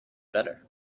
better